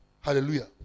Hallelujah